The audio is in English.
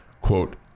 quote